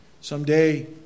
Someday